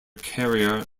carrier